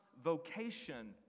vocation